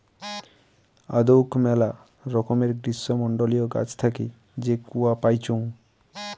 আদৌক মেলা রকমের গ্রীষ্মমন্ডলীয় গাছ থাকি যে কূয়া পাইচুঙ